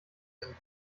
sind